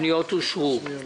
הפניות אושרו.